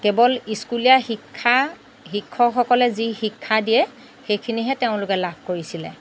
কেৱল স্কুলীয়া শিক্ষা শিক্ষকসকলে যি শিক্ষা দিয়ে সেইখিনিহে তেওঁলোকে লাভ কৰিছিলে